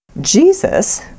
Jesus